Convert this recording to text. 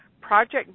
project